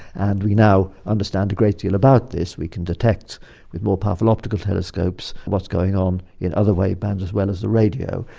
and we now understand a great deal about this. we can detect with more powerful optical telescopes what's going on in other wavebands as well as the radio.